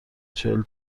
چهل